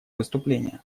выступления